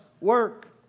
work